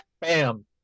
Bam